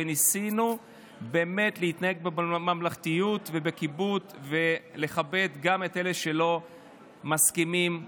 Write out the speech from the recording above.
ניסינו באמת להתנהג בממלכתיות ובכבוד ולכבד גם את אלה שלא מסכימים איתם.